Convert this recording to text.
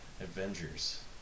Avengers